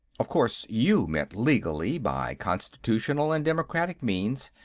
of course, you meant legally, by constitutional and democratic means,